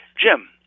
Jim